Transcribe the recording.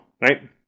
right